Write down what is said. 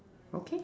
okay